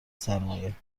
سرمایه